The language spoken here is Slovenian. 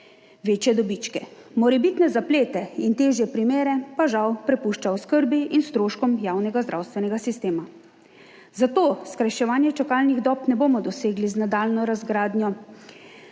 večje dobičke, morebitne zaplete in težje primere pa, žal, prepušča oskrbi in stroškom javnega zdravstvenega sistema. Zato skrajševanja čakalnih dob ne bomo dosegli z nadaljnjo razgradnjo